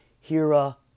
Hira